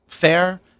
fair